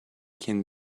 can